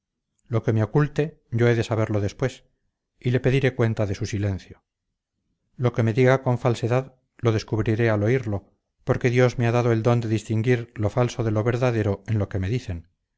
lo que me oculte yo he de saberlo después y le pediré cuenta de su silencio lo que me diga con falsedad lo descubriré al oírlo porque dios me ha dado el don de distinguir lo falso de lo verdadero en lo que me dicen